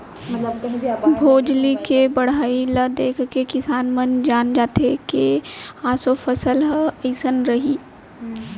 भोजली के बड़हई ल देखके किसान मन जान जाथे के ऑसो फसल ह अइसन रइहि